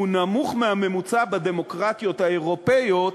שהוא נמוך מהממוצע בדמוקרטיות האירופיות,